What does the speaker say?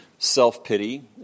Self-pity